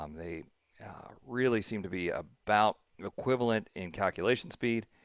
um they really seem to be about equivalent in calculation speed